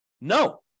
No